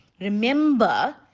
Remember